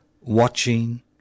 watching